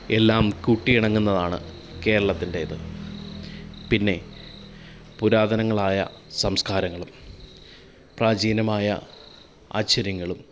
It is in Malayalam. എല്ലാം കൂട്ടിയിണങ്ങുന്നതാണ് കേരളത്തിൻ്റേത് പിന്നെ പുരാതനങ്ങളായ സംസ്കാരങ്ങളും പ്രാചീനമായ ആശ്ചര്യങ്ങളും